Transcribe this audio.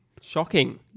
Shocking